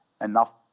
enough